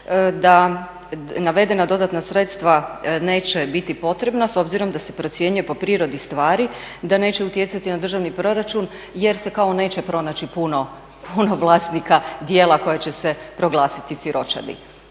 da navedena dodatna sredstva neće biti potrebna s obzirom da se procjenjuje po prirodi stvari da neće utjecati na državni proračun jer se kao neće pronaći puno vlasnika djela koja će se proglasiti siročadi.